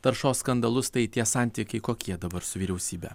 taršos skandalus tai tie santykiai kokie dabar su vyriausybe